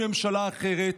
עם ממשלה אחרת,